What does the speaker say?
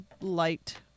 light